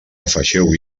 afegiu